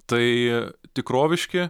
tai tikroviški